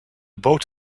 boot